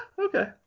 okay